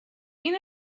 این